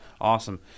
awesome